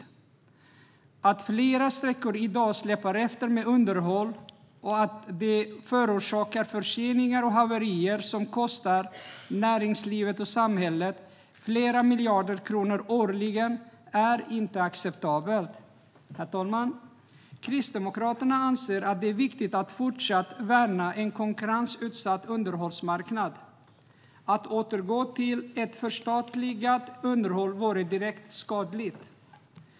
Att underhållet av flera sträckor i dag släpar efter och att detta förorsakar förseningar och haverier som kostar näringslivet och samhället flera miljarder kronor årligen är inte acceptabelt. Herr talman! Kristdemokraterna anser att det är viktigt att fortsatt värna en konkurrensutsatt underhållsmarknad. Att återgå till ett förstatligat underhåll vore direkt skadligt.